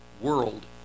world